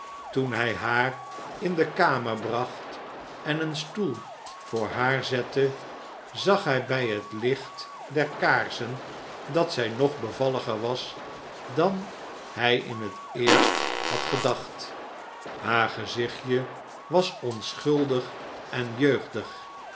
toen hij haar in de kamer bracht en een stoel voor haar zette zag hij bij het licht der kaarsen dat zij nog bevalliger was dan hij in het eerst had gedacht haar gezichtje was onschuldig en jeugdig